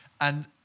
And-